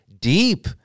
deep